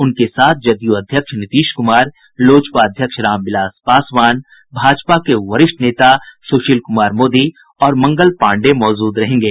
उनके साथ जदयू अध्यक्ष नीतीश कुमार लोजपा अध्यक्ष रामविलास पासवान भाजपा के वरिष्ठ नेता सुशील कुमार मोदी और मंगल पांडेय मौजूद रहेंगे